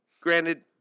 Granted